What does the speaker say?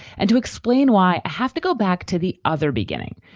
and to explain why, i have to go back to the other beginning,